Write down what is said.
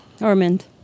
Ormond